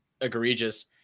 egregious